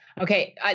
Okay